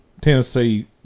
Tennessee